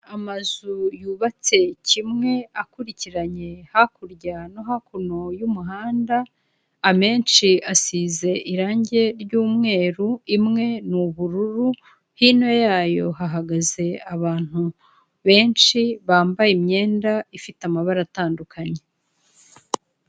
Amazu yubatse kimwe akurikiranye hakurya no hakuno y'umuhanda, amenshi asize irange ry'umweru, imwe ni ubururu, hino yayo hahagaze abantu benshi bambaye imyenda ifite amabara atandukanye.